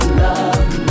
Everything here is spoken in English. love